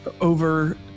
over